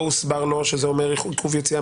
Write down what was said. לא הוסבר לו שזה אומר עיכוב יציאה